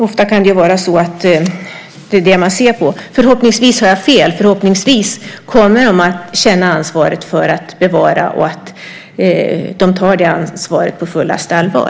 Ofta kan det ju vara så. Förhoppningsvis har jag fel. Förhoppningsvis kommer man att känna ansvaret för att bevara och ta detta ansvar på fullaste allvar.